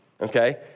Okay